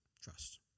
Trust